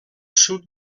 sud